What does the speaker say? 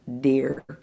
dear